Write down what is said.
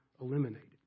eliminated